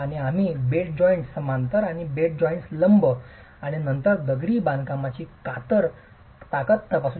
आणि आम्ही bed joints समांतर आणि बेड जॉइन्ट्स लंब आणि नंतर दगडी बांधकामाची कातर ताकद तपासू